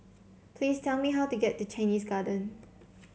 please tell me how to get to Chinese Garden